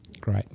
Great